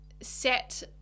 Set